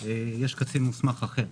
יש קצין מוסמך אחר.